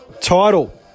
title